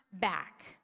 back